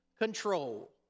control